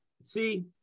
See